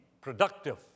productive